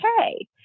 okay